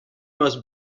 most